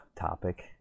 topic